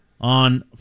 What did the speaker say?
on